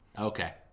Okay